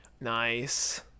Nice